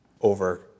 over